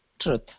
truth